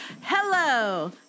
Hello